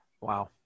Wow